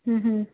ਹਮ ਹਮ